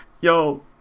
Yo